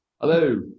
hello